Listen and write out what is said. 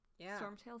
Stormtail